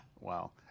Wow